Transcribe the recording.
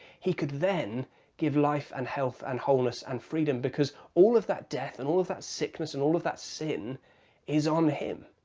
he could then give life and health and wholeness and freedom, because all of that death and all of that sickness and all of that sin is on him.